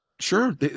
Sure